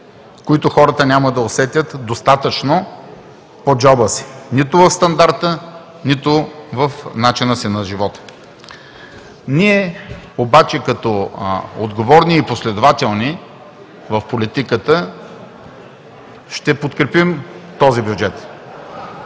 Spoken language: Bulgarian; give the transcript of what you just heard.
които хората няма да усетят достатъчно по джоба си – нито в стандарта, нито в начина си на живот. Ние обаче като отговорни и последователни в политиката ще подкрепим този бюджет.